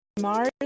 Mars